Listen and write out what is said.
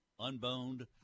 unboned